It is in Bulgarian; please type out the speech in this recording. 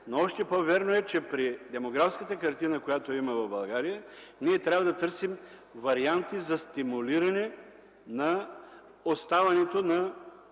но още по-вярно е, че при демографската картина, която има в България, трябва да търсим варианти за стимулиране на оставането на